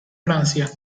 francia